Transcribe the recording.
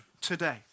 today